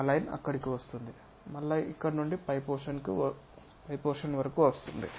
ఆ లైన్ అక్కడకు వస్తుంది మళ్ళీ ఇక్కడ నుండి పై పోర్షన్ వరకు వస్తుంది